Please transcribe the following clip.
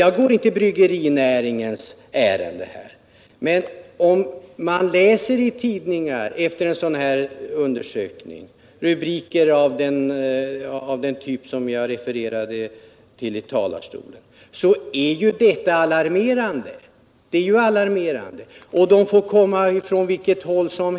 Jag går inte bryggerinäringens ärenden här, men om man efter en sådan här undersökning i tidningarna läser rubriker av den typ som jag refererade till i talarstolen, så är det alarmerande. Det spelar ingen roll vem som utfört undersökningarna.